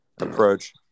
approach